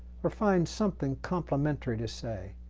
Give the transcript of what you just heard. or find something complimentary to say.